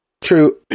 True